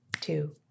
two